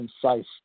concise